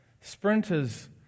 Sprinters